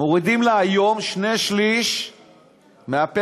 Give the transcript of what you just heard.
מורידים לה היום שני-שלישים מהפנסיה.